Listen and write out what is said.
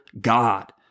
God